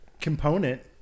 component